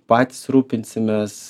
patys rūpinsimės